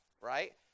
right